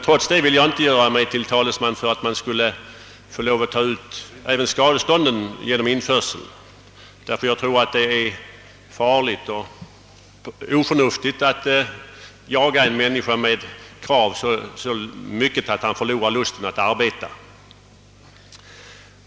Trots detta vill jag dock inte göra mig till talesman för att man skulle få ta ut även skadeståndet genom införsel. Jag tror nämligen att det vore oförnuftigt att jaga någon med krav på så mycket pengar, att han kunde förlora lusten att arbeta.